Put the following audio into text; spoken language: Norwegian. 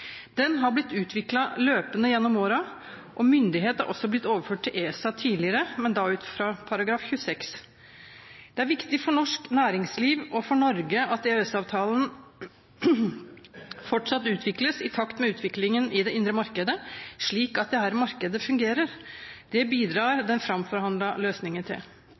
Den har blitt utviklet løpende gjennom årene, og myndighet har også blitt overført til ESA tidligere, men da ut fra § 26. Det er viktig for norsk næringsliv og for Norge at EØS-avtalen fortsatt utvikles i takt med utviklingen i det indre markedet, slik at dette markedet fungerer. Det bidrar den framforhandlede løsningen til.